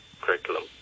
curriculum